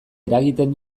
eragiten